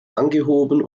angehoben